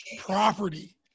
property